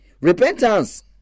repentance